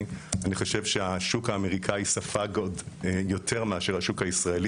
אני חושב שהשוק האמריקאי ספג יותר מאשר השוק הישראלי